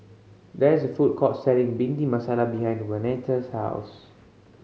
there is a food court selling Bhindi Masala behind Waneta's house